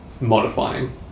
modifying